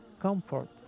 comfort